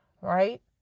right